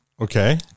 okay